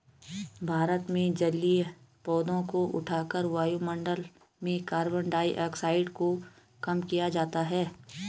भारत में जलीय पौधों को उठाकर वायुमंडल में कार्बन डाइऑक्साइड को कम किया जाता है